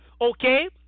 okay